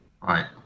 Right